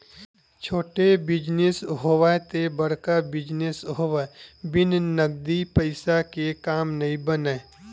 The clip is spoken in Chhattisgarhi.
छोटे बिजनेस होवय ते बड़का बिजनेस होवय बिन नगदी पइसा के काम नइ बनय